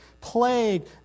plague